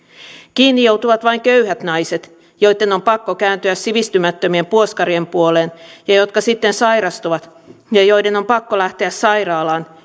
kiinni joutuvat vain köyhät naiset joitten on pakko kääntyä sivistymättömien puoskarien puoleen ja jotka sitten sairastuvat ja joiden on pakko lähteä sairaalaan